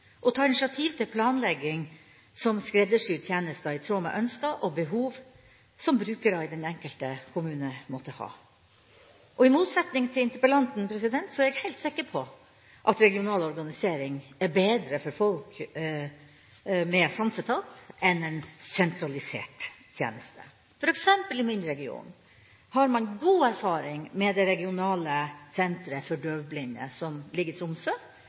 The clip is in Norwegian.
ta initiativ til planlegging som skreddersyr tjenester, i tråd med ønsker og behov som brukere i den enkelte kommune måtte ha. I motsetning til interpellanten er jeg helt sikker på at regional organisering er bedre for folk med sansetap enn en sentralisert tjeneste. For eksempel i min region har man god erfaring med det regionale senteret for døvblinde som ligger i Tromsø,